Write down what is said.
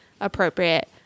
appropriate